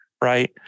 right